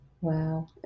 Wow